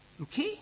Okay